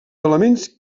elements